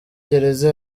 gereza